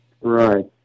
Right